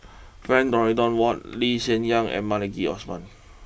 Frank Dorrington Ward Lee Hsien Yang and Maliki Osman